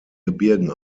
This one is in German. gebirgen